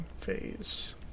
phase